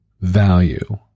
value